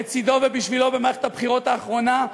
לצדו ובשבילו במערכת הבחירות האחרונה,